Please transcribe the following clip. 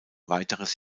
weiteres